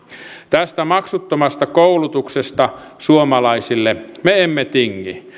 tästä maksuttomasta koulutuksesta suomalaisille me emme tingi